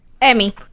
Emmy